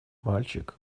мальчик